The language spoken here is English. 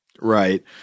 Right